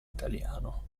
italiano